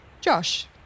Josh